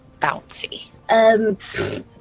bouncy